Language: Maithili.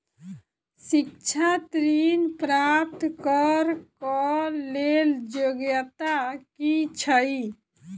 शिक्षा ऋण प्राप्त करऽ कऽ लेल योग्यता की छई?